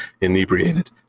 inebriated